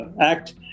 act